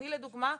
אני לדוגמה,